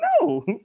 No